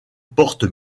porte